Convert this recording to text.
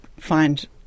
find